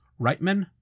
Reitman